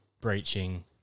breaching